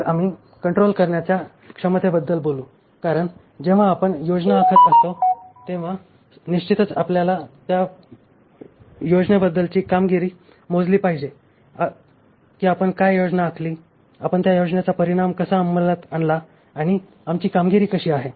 मग आम्ही कंट्रोल करण्याच्या क्षमतेबद्दल बोलू कारण जेव्हा आपण योजना आखत असतो तेव्हा निश्चितच आपल्याला त्या योजनेबद्दलची कामगिरी मोजली पाहिजे की आपण काय योजना आखली आपण त्या योजनेचा परिणाम कसा अंमलात आणला आणि आमची कामगिरी कशी आहे